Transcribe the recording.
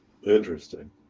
Interesting